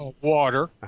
water